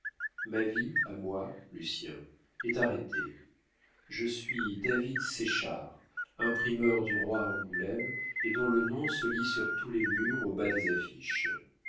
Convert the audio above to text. ma vie à moi lucien est arrêtée je suis david séchard imprimeur du roi à angoulême et dont le nom se lit sur tous les murs au bas des affiches